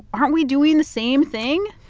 aren't we doing the same thing?